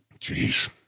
Jeez